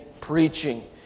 preaching